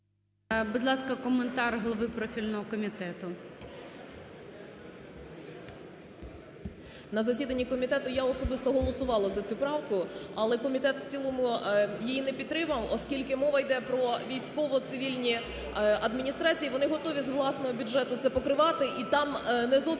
Будь ласка, коментар голови профільного комітету. 17:30:47 СЮМАР В.П. На засіданні комітету я особисто голосувала за цю правку, але комітет в цілому її не підтримав, оскільки мова йде про військові цивільні адміністрації, вони готові з власного бюджету це покривати. І там не зовсім